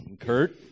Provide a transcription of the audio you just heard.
Kurt